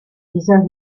dieser